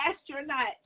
astronaut